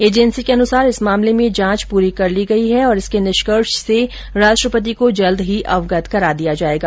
agency के अनुसार इस मामले में जांच पूरी कर ली गयी है और इसके निष्कर्ष से राष्ट्रपति को जल्द ही अवगत करा दिया जायेगा